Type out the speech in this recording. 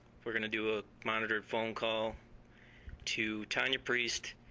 we're going to do a monitored phone call to tonia priest.